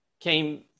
came